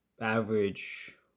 average